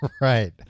Right